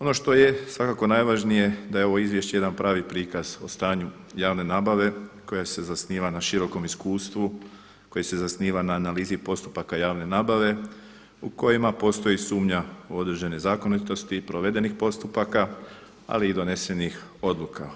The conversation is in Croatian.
Ono što je svakako najvažnije da je ovo izvješće jedan pravi prikaz o stanju javne nabave koja se zasniva na širokom iskustvu, koji se zasniva na analizi postupaka javne nabave u kojima postoji sumnja u određene zakonitosti provedenih postupaka, ali i donesenih odluka.